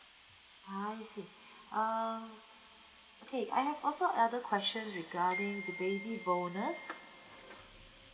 ah I see um okay I have also other questions regarding the baby bonus